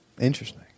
interesting